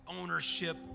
Ownership